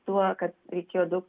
tuo kad reikėjo daug